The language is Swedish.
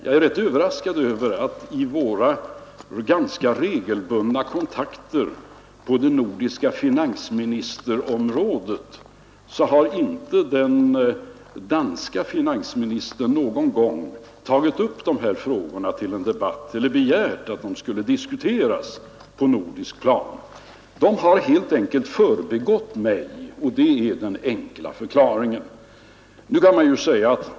Jag är rätt överraskad över att vid våra ganska regelbundna kontakter på det nordiska finansministerområdet den danske finansministern inte någon gång tagit upp de här frågorna till en debatt eller begärt att de skulle diskuteras på nordiskt plan. De har helt enkelt förbigått mig, och det är den enkla förklaringen.